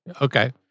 Okay